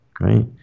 Right